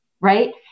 right